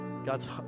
God's